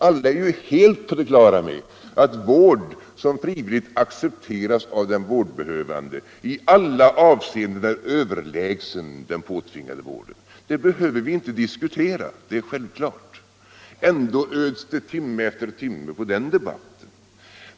Alla är helt på det klara med att vård som friviliigt accepteras av den vårdbehövande i alla avseenden är överlägsen den påtvingade vården. Det behöver vi inte diskutera, det är självklart. Ändå öds det timme efter timme på den debatten.